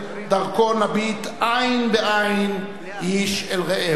ודרכו נביט עין בעין איש אל רעהו.